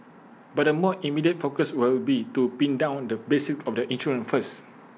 but the more immediate focus will be to pin down the basics of the insurance first